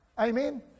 Amen